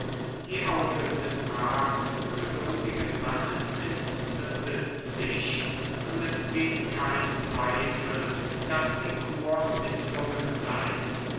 die augen des braven geduldigen mannes entzündeten sich und es blieb kein zweifel daß die kur mißlungen sei